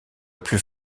plus